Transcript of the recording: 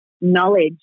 knowledge